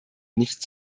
nicht